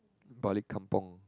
balik kampung